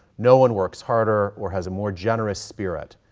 no one works harder or has a more generous spirit.